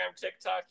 TikTok